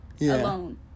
alone